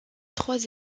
trois